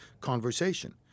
conversation